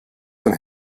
von